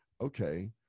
okay